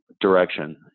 direction